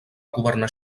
governar